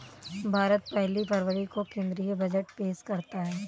भारत पहली फरवरी को केंद्रीय बजट पेश करता है